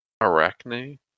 Arachne